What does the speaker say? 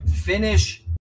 finish